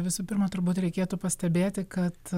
visų pirma turbūt reikėtų pastebėti kad